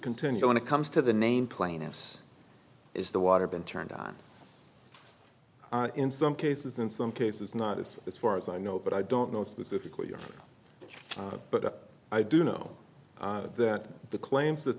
continue when it comes to the name plaintiffs is the water been turned on in some cases in some cases not just as far as i know but i don't know specifically but i do know that the claims that